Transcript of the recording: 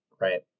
Right